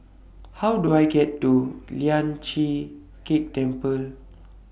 How Do I get to Lian Chee Kek Temple